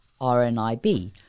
RNIB